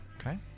Okay